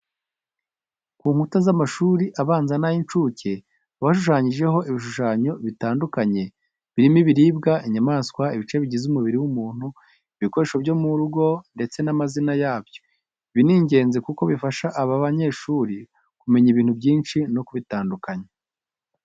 Ku nkuta z'amashuri abanza n'ay'incuke haba hashushanyijeho ibishyushanyo bitandukanye birimo ibiribwa, inyamaswa, ibice bigize umubiri w'umuntu, ibikoresho byo mu rugo ndetse n'amazina yabyo. Ibi ni ingenzi kuko bifasha aba banyeshuri kumenya ibintu byinshi no kubitandukanya.